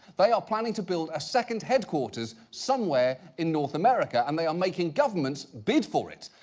they are planning to build a second headquarters somewhere in north america and they are making governments bid for it.